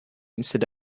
instead